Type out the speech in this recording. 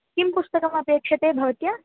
किं पुस्तकमपेक्षते भवत्या